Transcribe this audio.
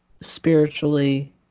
spiritually